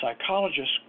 psychologists